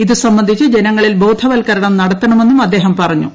ഇതുസംബന്ധിച്ച് ജനങ്ങളിൽ ബോധവൽക്ക്ത്ണം നടത്തണമെന്നും അദ്ദേഹം പറഞ്ഞു